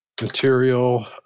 Material